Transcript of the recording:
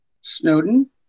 Snowden